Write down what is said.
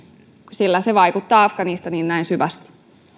sillä se vaikuttaa afganistaniin niin syvästi